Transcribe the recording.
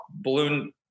balloon